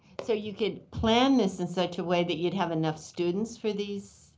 so you can plan this in such a way that you'd have enough students for these.